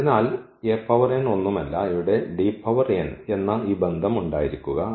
അതിനാൽ ഒന്നുമല്ല ഇവിടെ എന്ന ഈ ബന്ധം ഉണ്ടായിരിക്കുക